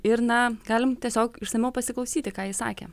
ir na galim tiesiog išsamiau pasiklausyti ką jis sakė